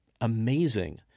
amazing